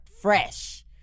fresh